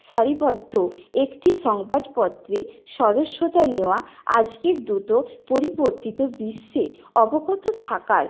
সারিবদ্ধ একটি সংবাদপত্রে সদস্যতা নেওয়া আজকের দ্রুত পরিবর্তিত বিশ্বে অবগত থাকার